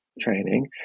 training